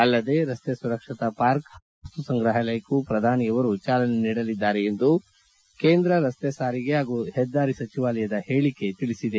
ಅಲ್ಲದೆ ರಸ್ತೆ ಸುರಕ್ಷತಾ ಪಾರ್ಕ್ ಹಾಗೂ ಸಾರಿಗೆ ವಸ್ತು ಸಂಗ್ರಹಾಲಯಕ್ಕೂ ಪ್ರಧಾನಿ ಚಾಲನೆ ನೀಡಲಿದ್ದಾರೆ ಎಂದು ಕೇಂದ್ರ ರಸ್ತೆ ಸಾರಿಗೆ ಹಾಗೂ ಹೆದ್ದಾರಿ ಸಚಿವಾಲಯದ ಹೇಳಿಕೆಯಲ್ಲಿ ತಿಳಿಸಿದೆ